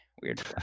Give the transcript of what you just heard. weird